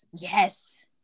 yes